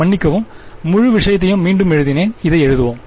மன்னிக்கவும் முழு விஷயத்தையும் மீண்டும் எழுதினேன் இதை எழுதுவோம்